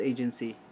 Agency